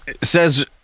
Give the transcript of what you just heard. says